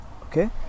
okay